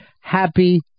happy